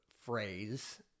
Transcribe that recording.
phrase